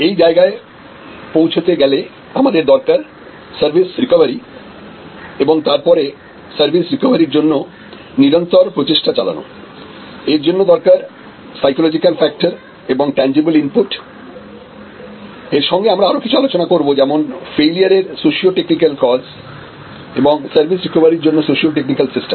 এই জায়গায় পৌঁছাতে গেলে আমাদের দরকার সার্ভিস রিকভারি এবং তারপরে সার্ভিস রিকভারির জন্য নিরন্তর প্রচেষ্টা চালান এর জন্য দরকার সাইকোলজিকাল ফ্যাক্টর এবং ট্যানজিবল ইনপুট এর সঙ্গে আমরা আরো কিছু আলোচনা করব যেমন ফেলিওর এর সোসিও টেকনিক্যাল কজ এবং সার্ভিস রিকভারির জন্য সোসিও টেকনিকেল সিস্টেম